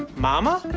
mama?